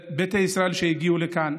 ביתא ישראל שהגיעו לכאן,